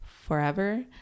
forever